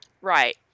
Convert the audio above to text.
right